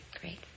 great